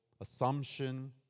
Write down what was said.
assumption